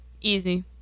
easy